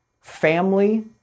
family